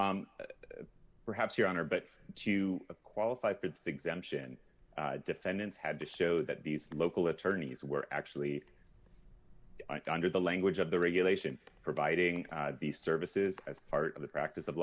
but perhaps your honor but to qualify for this exemption defendants had to show that these local attorneys were actually under the language of the regulation providing these services as part of the practice of